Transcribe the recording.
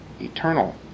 eternal